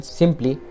simply